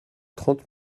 trente